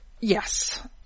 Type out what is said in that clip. Yes